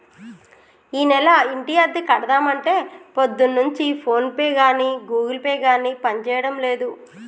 ఈనెల ఇంటి అద్దె కడదామంటే పొద్దున్నుంచి ఫోన్ పే గాని గూగుల్ పే గాని పనిచేయడం లేదు